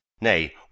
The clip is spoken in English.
nay